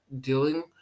dealing